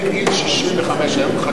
צריך, זה מגיל 65 היום.